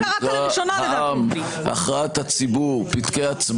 חבר הכנסת הרצנו, אני קורא אותך לסדר פעם שלישית.